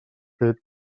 fet